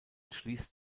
schließt